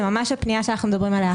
זאת הפנייה עליה אנחנו מדברים עכשיו.